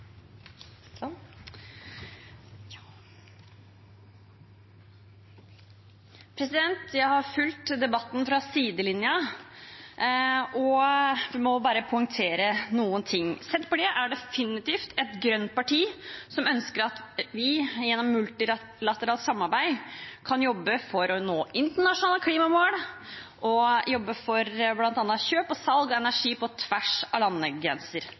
definitivt et grønt parti som ønsker at vi, gjennom multilateralt samarbeid, kan jobbe for å nå internasjonale klimamål og jobbe for bl.a. kjøp og salg av energi på tvers av landegrenser.